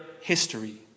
history